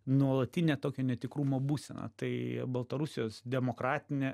nuolatinę tokio netikrumo būseną tai baltarusijos demokratinė